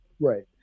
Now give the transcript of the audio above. right